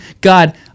God